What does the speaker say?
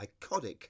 iconic